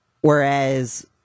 whereas